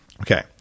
Okay